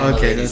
Okay